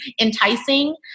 enticing